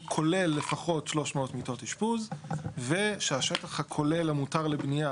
הוא כולל לפחות 300 מיטות אשפוז ושהשטח הכולל המותר לבנייה,